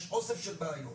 יש אוסף של בעיות.